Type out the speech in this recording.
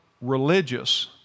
religious